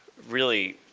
really